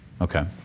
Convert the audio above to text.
Okay